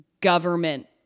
government